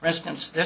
residence th